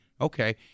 Okay